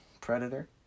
Predator